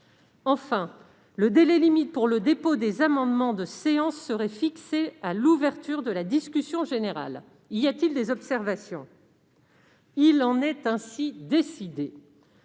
Enfin, le délai limite pour le dépôt des amendements de séance serait fixé à l'ouverture de la discussion générale. Y a-t-il des observations ?... Il en est ainsi décidé.